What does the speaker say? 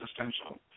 existential